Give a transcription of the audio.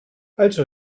also